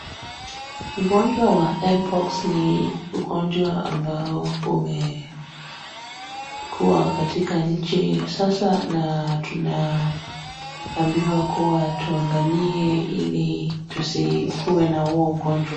Ugonjwa wa mpox ni ugonjwa ambao umekuwa katika nchi sasa na tunaambiwa kuwa tuangalie ili tusikuwe na huo ugonjwa.